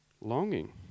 longing